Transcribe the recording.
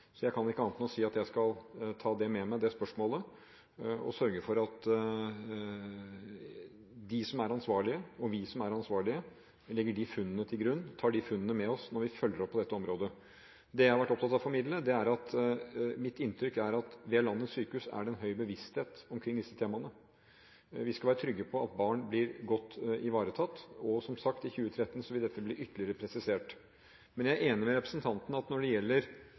så jeg kan ikke gjøre annet enn å si at jeg skal ta med meg det spørsmålet og sørge for at de som er ansvarlige, og vi som er ansvarlige, tar med disse funnene når vi følger opp på dette området. Det jeg har vært opptatt av å formidle, er at mitt inntrykk er at det ved landets sykehus er en høy bevissthet omkring disse temaene. Vi skal være trygge på at barn blir godt ivaretatt, og – som sagt – i 2013 vil dette bli ytterligere presisert. Jeg er enig med representanten i at når det gjelder